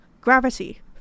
Gravity